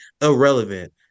irrelevant